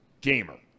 gamer